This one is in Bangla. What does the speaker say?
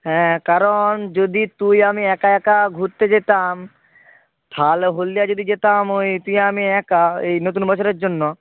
হ্যাঁ কারণ যদি তুই আমি একা একা ঘুরতে যেতাম তাহলে হলদিয়া যদি যেতাম ওই তুই আমি একা ওই নতুন বছরের জন্য